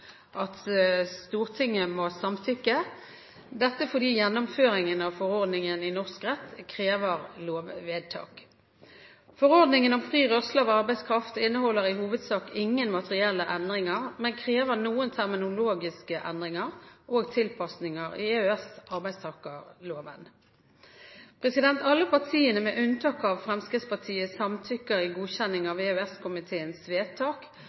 at Stortinget må samtykke, dette fordi gjennomføringen av forordningen i norsk rett krever lovvedtak. Forordningen om fri rørsle av arbeidskraft inneholder i hovedsak ingen materielle endringer, men krever noen terminologiske endringer og tilpasninger i EØS-arbeidstakerloven. Alle partiene, med unntak av Fremskrittspartiet, samtykker i godkjenning av EØS-komiteens vedtak